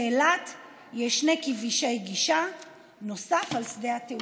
לאילת יש שני כבישי גישה נוסף על שדה התעופה.